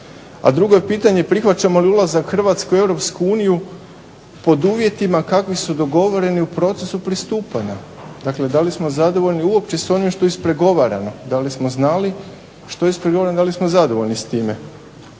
a drugo je pitanje, prihvaćamo li ulazak Hrvatske u Europsku uniju pod uvjetima kakvi su dogovoreni u procesu pristupanja? Dakle, da li smo zadovoljni uopće s onim što je ispregovarano, da li smo zadovoljni s time.